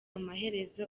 amaherezo